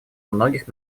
многих